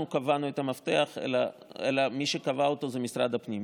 קבענו את אלא מי שקבע אותו הוא משרד הפנים.